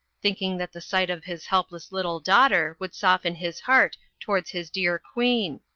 thinking that the sight of his helpless little daugh ter would soften his heart towards his dear queen,